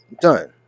Done